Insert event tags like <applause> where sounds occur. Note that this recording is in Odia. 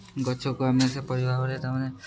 ଗଛକୁ ଆମେ ସେ <unintelligible> ତାମାନେ